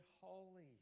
holy